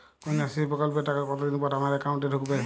কন্যাশ্রী প্রকল্পের টাকা কতদিন পর আমার অ্যাকাউন্ট এ ঢুকবে?